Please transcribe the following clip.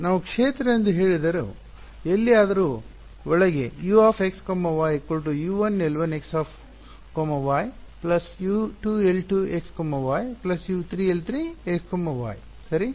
ನಾವು ಕ್ಷೇತ್ರ ಎಂದು ಹೇಳಿದರು ಎಲ್ಲಿಯಾದರೂ ಒಳಗೆ U x y U 1L1x y U 2L2x y U 3L3x y ಸರಿ